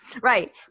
right